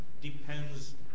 depends